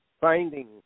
finding